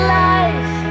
life